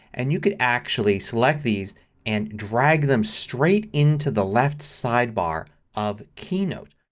and you could actually select these and drag them straight into the left sidebar of keynote.